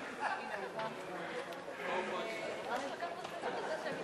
התשע"ב 2011, נתקבל.